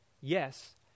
yes